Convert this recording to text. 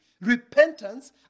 repentance